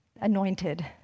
anointed